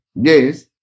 Yes